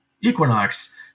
Equinox